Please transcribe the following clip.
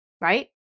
right